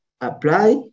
apply